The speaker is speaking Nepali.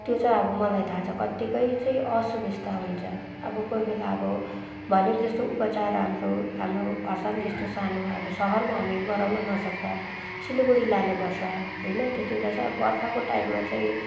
त्यो चाहिँ अब मलाई थाहा छ कतिको चाहिँ असुबिस्ता हुन्छ अब कोही बेला अब भनेको जस्तो उपचार हाम्रो हाम्रो खर्साङ जस्तो सानो अब सहरमा हामी गराउन नसक्दा सिलगढी लानु पर्छ होइन त्यति बेला चाहिँ अब बर्खाको टाइममा चाहिँ